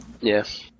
Yes